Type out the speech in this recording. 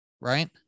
right